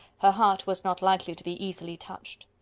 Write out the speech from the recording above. her heart was not likely to be easily touched.